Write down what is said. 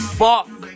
fuck